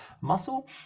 muscle